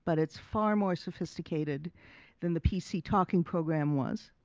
but it's far more sophisticated than the pc talking program was.